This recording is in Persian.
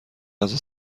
غذا